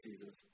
Jesus